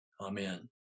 Amen